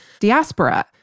diaspora